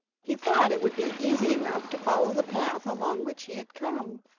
he thought it would be easy enough to follow the path along which he had come,